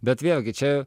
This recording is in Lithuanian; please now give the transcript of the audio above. bet vėlgi čia